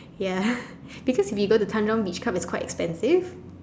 ya because if you go to Tanjong beach club it's quite expensive